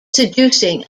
seducing